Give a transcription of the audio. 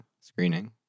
screening